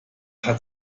hat